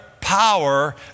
power